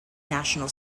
national